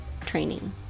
training